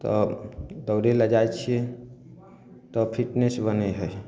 तऽ दौड़य लए जाइ छियै तऽ फिटनेस बनय हइ